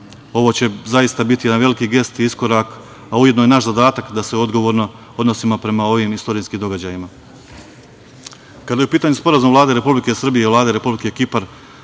Ovo će zaista biti jedan veliki gest i iskorak, a ujedno i naš zadatak da se odgovorno odnosimo prema ovim istorijskim događajima. Kada je u pitanju Sporazum Vlade Republike Srbije i Vlade Republike Kipar